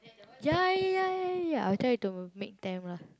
ya ya ya ya I try to make them lah